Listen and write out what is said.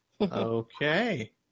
Okay